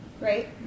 right